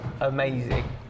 amazing